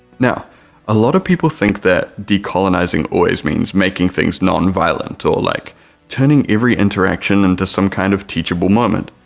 now a lot of people think that decolonizing always means making things nonviolent or like turning every interaction into some kind of teachable moment,